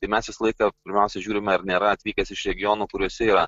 tai mes visą laiką pirmiausia žiūrime ar nėra atvykęs iš regionų kuriuose yra